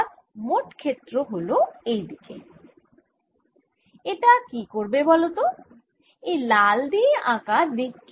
এবার আমরা তড়িৎ ক্ষেত্রের হিসেব করব এই বিন্দু তে যেখানে এই দুটি রেখা এসে মীলিত হচ্ছে দুই দিকের আধান উপস্থিতির জন্য তড়িৎ ক্ষেত্র